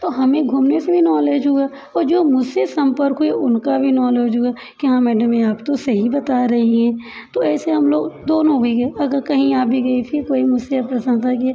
तो हमें घूमने से भी नॉलेज हुआ और जो मुससे संपर्क हुए उनका भी नॉलेज हुआ कि हाँ मैडम ये आप तो सही बता रही हैं तो ऐसे हम लोग दोनों हो ही गए अगर कहीं आ भी गई फिर कोई मुझसे प्रशंसा किए